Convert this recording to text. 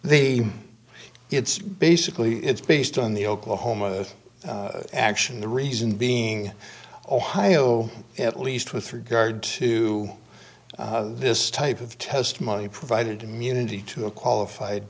they it's basically it's based on the oklahoma action the reason being ohio at least with regard to this type of test money provided to munity to a qualified